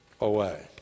away